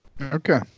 Okay